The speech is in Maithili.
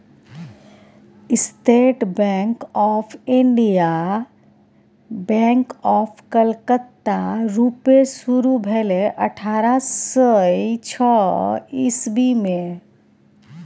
state Bank of India, bank of Calcutta रुपे शुरु भेलै अठारह सय छअ इस्बी मे